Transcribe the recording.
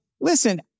listen